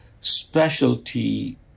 specialty